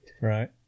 Right